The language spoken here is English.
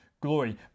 glory